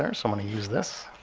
there. so i'm going to use this.